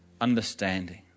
understanding